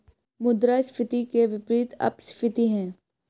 मुद्रास्फीति के विपरीत अपस्फीति है